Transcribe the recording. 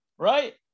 Right